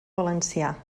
valencià